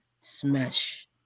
Smash